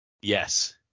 Yes